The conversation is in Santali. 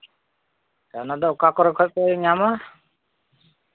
ᱚᱱᱟᱫᱚ ᱚᱠᱟ ᱠᱚᱨᱮ ᱠᱷᱚᱱ ᱯᱮ ᱧᱟᱢᱟ